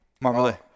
marmalade